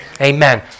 Amen